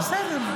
בסדר.